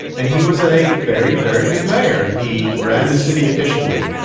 and he was a very, very good mayor. he ran the city efficiently.